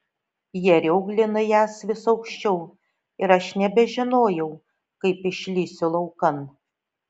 jie rioglino jas vis aukščiau ir aš nebežinojau kaip išlįsiu laukan